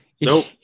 Nope